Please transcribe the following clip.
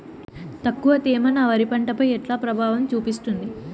తక్కువ తేమ నా వరి పంట పై ఎట్లా ప్రభావం చూపిస్తుంది?